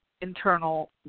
internal